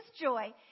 joy